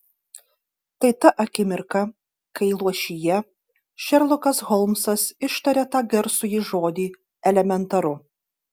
tai ta akimirka kai luošyje šerlokas holmsas ištaria tą garsųjį žodį elementaru